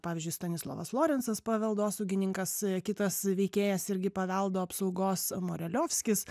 pavyzdžiui stanislovas lorencas paveldosaugininkas kitas veikėjas irgi paveldo apsaugos moreliovskis